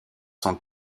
sont